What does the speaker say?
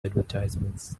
advertisements